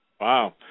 Wow